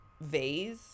vase